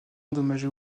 endommagé